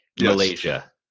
Malaysia